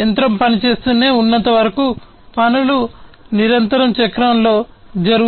యంత్రం పనిచేస్తూనే ఉన్నంతవరకు పనులు నిరంతరం చక్రంలో జరుగుతాయి